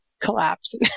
collapse